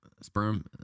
sperm